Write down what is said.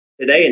Today